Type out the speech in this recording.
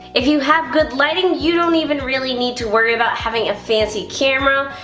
if you have good lighting you don't even really need to worry about having a fancy camera.